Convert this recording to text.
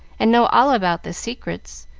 and know all about the secrets.